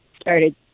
started